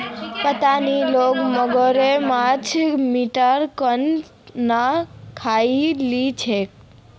पता नी लोग मगरमच्छेर मीट केन न खइ ली छेक